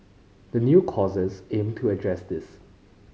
the new courses aim to address this